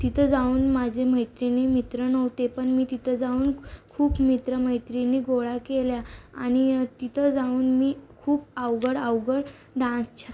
तिथं जाऊन माझे मैत्रिणी मित्र नव्हते पण मी तिथं जाऊन खूप मित्र मैत्रिणी गोळा केल्या आणि तिथं जाऊन मी खूप अवघड अवघड डान्सच्या